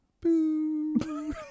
Boo